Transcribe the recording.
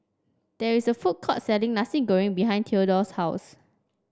there is a food court selling Nasi Goreng behind Theodore's house